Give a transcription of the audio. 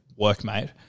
Workmate